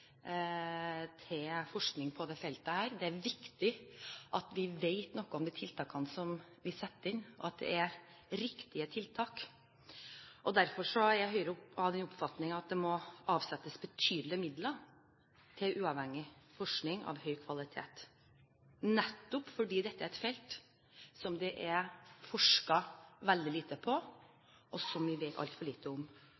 til forskning på dette feltet. Det er viktig at vi vet noe om de tiltakene som vi setter inn, og at det er riktige tiltak. Høyre er av den oppfatning at det må avsettes betydelige midler til uavhengig forskning av høy kvalitet, nettopp fordi dette er et felt som det er forsket veldig lite på,